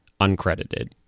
uncredited